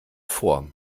vor